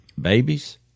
babies